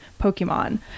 Pokemon